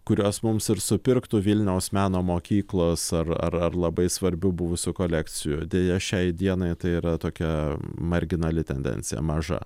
kurios mums ir supirktų vilniaus meno mokyklos ar ar ar labai svarbių buvusių kolekcijų deja šiai dienai tai yra tokia marginali tendencija maža